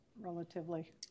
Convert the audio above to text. relatively